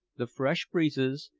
the fresh breezes,